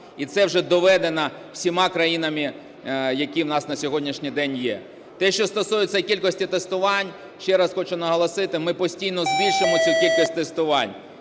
і це вже доведена всіма країнами, які в нас на сьогоднішній день є. Те, що стосується кількості тестувань, ще раз хочу наголосити, ми постійно збільшуємо цю кількість тестувань,